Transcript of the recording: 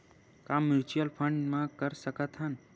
का mutual fund म कर सकत हन?